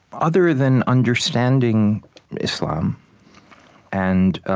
other than understanding islam and